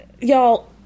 y'all